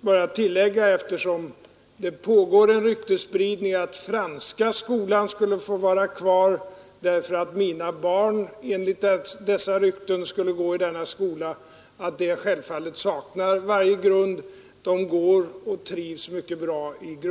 skall avvecklas. Eftersom det pågår en ryktesspridning om att Franska skolan skulle få vara kvar därför att mina barn skulle gå i denna skola, vill jag bara tillägga att dessa rykten självfallet saknar verklig grund. De går i grundskolan i Bollmora och trivs mycket bra där.